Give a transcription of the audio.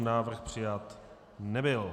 Návrh přijat nebyl.